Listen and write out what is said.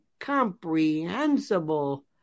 comprehensible